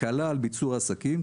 הקלה על ביצוע עסקים,